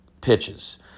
pitches